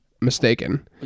mistaken